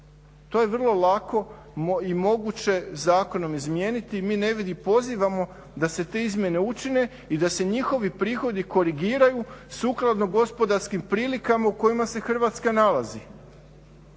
To je vrlo lako i moguće zakonom izmijeniti i mi pozivamo da se te izmjene učine i da se njihovi prihodi korigiraju sukladno gospodarskim prilikama u kojima se Hrvatska nalazi